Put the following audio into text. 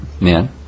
man